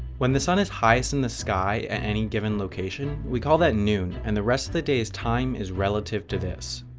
when the sun is highest in the sky at any given location, we call that noon. and the rest of the day's time, is relative to this.